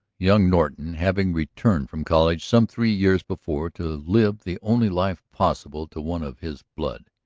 young norton, having returned from college some three years before to live the only life possible to one of his blood,